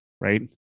right